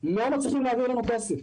אך לא מצליחים להעביר לנו כסף.